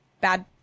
Bad